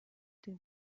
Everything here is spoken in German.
den